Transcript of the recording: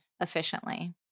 efficiently